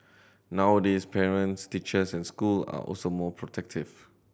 nowadays parents teachers and school are also more protective